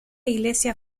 iglesia